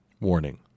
Warning